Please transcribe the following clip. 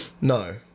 no